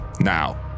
Now